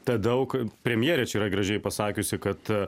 tą daug premjerė čia yra gražiai pasakiusi kad